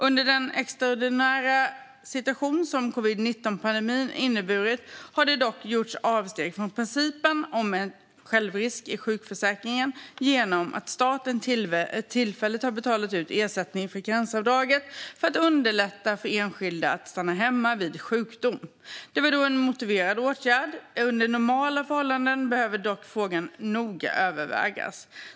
Under den extraordinära situation som covid-19-pandemin inneburit har det dock gjorts avsteg från principen om en självrisk i sjukförsäkringen genom att staten tillfälligt har betalat ut ersättning för karensavdraget för att underlätta för enskilda att stanna hemma vid sjukdom. Det var då en motiverad åtgärd. Under normala förhållanden behöver dock frågan noga övervägas.